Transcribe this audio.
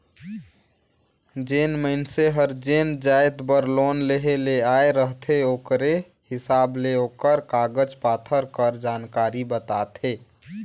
जेन मइनसे हर जेन जाएत बर लोन लेहे ले आए रहथे ओकरे हिसाब ले ओकर कागज पाथर कर जानकारी बताथे